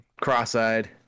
cross-eyed